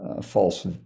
false